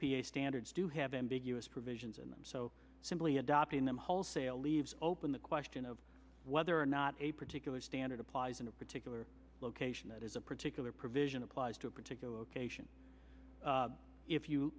i standards do have ambiguous provisions in them so simply adopting them wholesale leaves open the question of whether or not a particular standard applies in a particular location that is a particular provision applies to a particular location if you